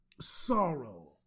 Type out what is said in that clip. sorrow